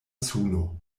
suno